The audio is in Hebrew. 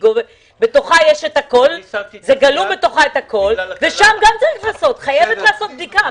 בתוכה גלום הכול ושם גם חייבת להיעשות בדיקה,